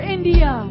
India